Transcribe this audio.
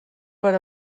per